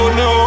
no